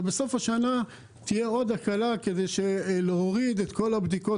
ובסוף השנה תהיה עוד הקלה כדי להוריד את כל הבדיקות,